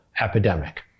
epidemic